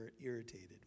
irritated